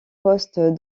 poste